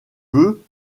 veux